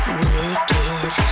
wicked